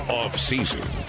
off-season